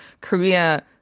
Korea